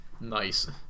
Nice